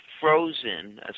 frozen